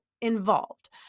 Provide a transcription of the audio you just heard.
involved